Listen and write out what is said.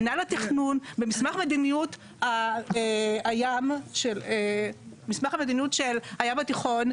מנהל התכנון במסמך המדיניות של הים התיכון,